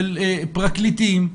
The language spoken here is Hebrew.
של פרקליטים,